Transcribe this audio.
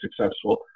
successful